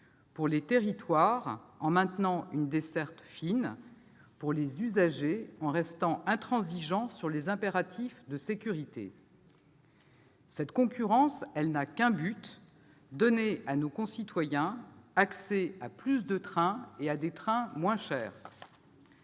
pour les territoires, en maintenant une desserte fine et pour les usagers, en restant intransigeant sur les impératifs de sécurité. Cette concurrence n'a qu'un but : donner à nos concitoyens accès à plus de trains et à des trains moins chers.